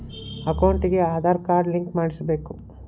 ಅಕೌಂಟಿಗೆ Aadhaar card link ಮಾಡಿಸಬೇಕು?